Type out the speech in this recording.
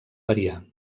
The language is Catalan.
variar